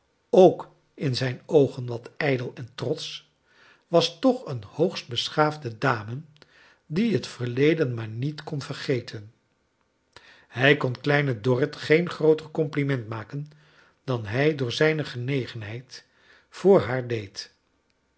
ook in zijn oogen wat ijdel en trotsch was toch een hoogst beschaafde dame die het verleden maar niet kon vergeten hij kon kleine dorrit geen grooter compliment maken dan hij door zijne genegenheid voor haar deed